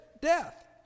death